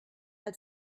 had